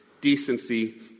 decency